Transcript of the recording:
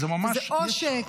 זה עושק.